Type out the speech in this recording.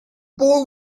boy